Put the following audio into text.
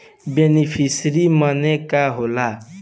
Beneficiary मने का होला?